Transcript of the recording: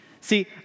See